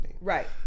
Right